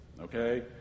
okay